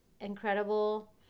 incredible